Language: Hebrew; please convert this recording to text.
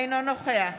אינו נוכח